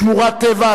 שמורות טבע,